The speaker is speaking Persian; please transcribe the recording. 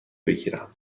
بگیرم